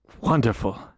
Wonderful